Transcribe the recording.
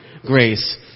grace